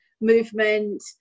movement